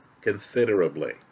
considerably